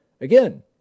Again